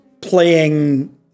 playing